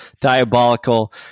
diabolical